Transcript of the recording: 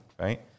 right